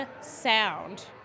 sound